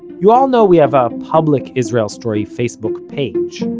you all know we have a public israel story facebook page,